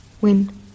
win